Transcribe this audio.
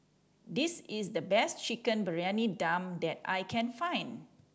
this is the best Chicken Briyani Dum that I can find